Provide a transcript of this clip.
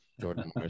Jordan